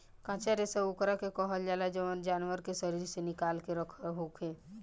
कच्चा रेशा ओकरा के कहल जाला जवन जानवर के शरीर से निकाल के रखल होखे